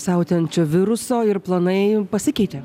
siautėjančio viruso ir planai pasikeitė